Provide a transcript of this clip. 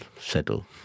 settle